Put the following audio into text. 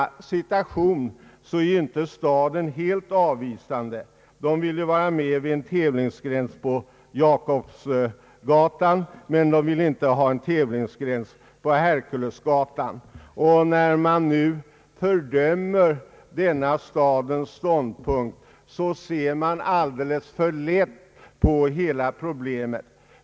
I denna situation ställer sig ju staden inte helt avvisande utan vill vara med om att tävlingsgränsen dras vid Jakobsgatan, men staden vill inte att gränsen får sträcka sig upp till Herkulesgatan. När man fördömer stadens ståndpunkt, tar man alldeles för lätt på hela problemet.